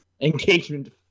engagement